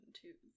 two